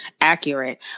accurate